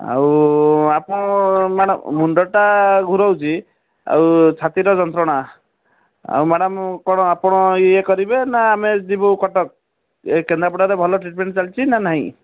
ଆଉ ଆପଣ ମ୍ୟାଡ଼ମ୍ ମୁଣ୍ଡଟା ଘୂରଉଛି ଆଉ ଛାତିଟା ଯନ୍ତ୍ରଣା ଆଉ ମ୍ୟାଡ଼ମ୍ କ'ଣ ଆପଣ ଇଏ କରିବେ ନା ଆମେ ଯିବୁ କଟକ କେନ୍ଦ୍ରାପଡ଼ାରେ ଭଲ ଟ୍ରିଟମେଣ୍ଟ ଚାଲିଛି ନା ନାଇଁ